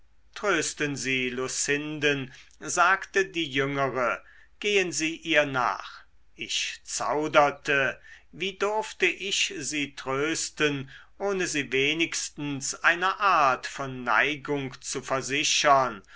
trösten sie lucinden sagte die jüngere gehen sie ihr nach ich zauderte wie durfte ich sie trösten ohne sie wenigstens einer art von neigung zu versichern